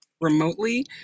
remotely